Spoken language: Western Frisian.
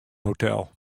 hotel